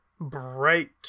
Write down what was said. bright